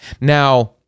Now